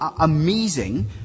amazing